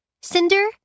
Cinder